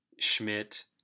Schmidt